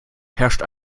herrscht